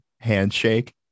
handshake